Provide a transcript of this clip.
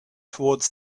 toward